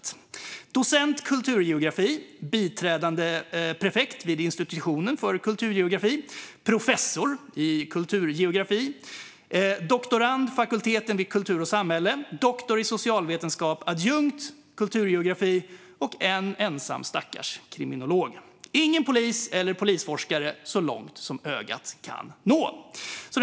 Det är en docent i kulturgeografi, en biträdande prefekt vid institutionen för kulturgeografi, en professor i kulturgeografi, en doktorand vid fakulteten för kultur och samhälle, en doktor i socialvetenskap, en adjunkt i kulturgeografi och en ensam stackars kriminolog. Ingen polis eller polisforskare så långt ögat kan nå!